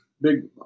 big